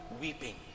weeping